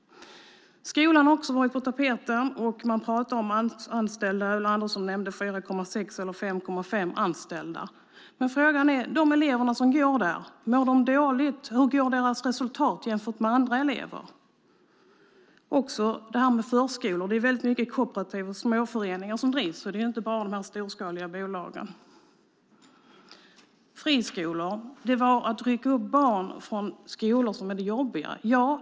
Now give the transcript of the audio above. Skolan har också varit på tapeten. Man talar om antalet anställda. Ulla Andersson nämnde 4,6 anställda på 100 elever. Men frågan är: Mår de elever som går där dåligt? Hur är deras resultat jämfört med andra elever? När det gäller förskolor drivs mycket av kooperativ och småföreningar. Det är inte bara de storskaliga bolagen. När det gäller friskolor är det att rycka upp barn från skolor som är det jobbiga.